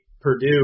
Purdue